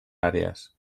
àrees